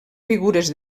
figures